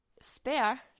spare